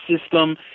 system